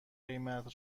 قیمت